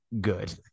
good